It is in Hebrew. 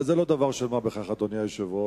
זה לא דבר של מה בכך, אדוני היושב-ראש.